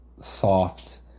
soft